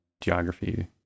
geography